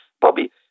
Bobby